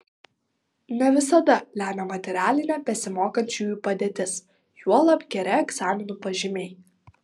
ne visada lemia materialinė besimokančiųjų padėtis juolab geri egzaminų pažymiai